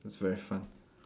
that's very fun